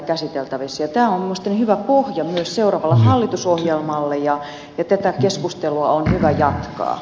tämä on minusta hyvä pohja myös seuraavalle hallitusohjelmalle ja tätä keskustelua on hyvä jatkaa